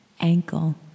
ankle